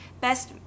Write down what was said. best